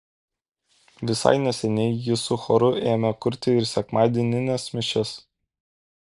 visai neseniai jis su choru ėmė kurti ir sekmadienines mišias